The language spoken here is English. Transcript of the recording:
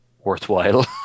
worthwhile